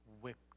whipped